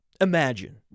Imagine